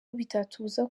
bitatubuza